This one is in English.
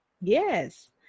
Yes